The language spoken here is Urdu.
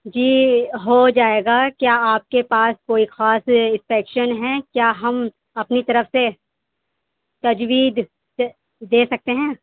ہو جائے گا کیا آپ کے پاس کوئی خاص اسپیکشن ہے کیا ہم اپنی طرف سے تجوید دے سکتے ہیں